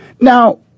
Now